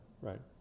right